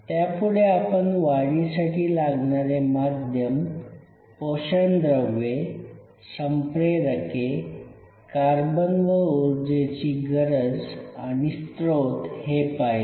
त्यापुढे आपण वाढीसाठी लागणारे माध्यम पोषणद्रव्ये संप्रेरके कार्बन व ऊर्जेची गरज आणि स्त्रोत हे पाहिले